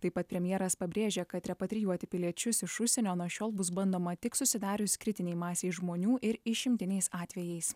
taip pat premjeras pabrėžė kad repatrijuoti piliečius iš užsienio nuo šiol bus bandoma tik susidarius kritinei masei žmonių ir išimtiniais atvejais